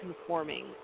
conforming